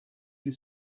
you